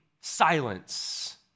silence